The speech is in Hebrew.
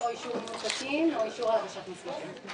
או אישור ניהול תקין או אישור להגשת מסמכים.